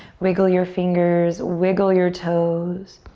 wiggle your fingers, wiggle your toes.